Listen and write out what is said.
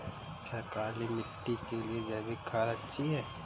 क्या काली मिट्टी के लिए जैविक खाद अच्छी है?